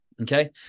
Okay